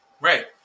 right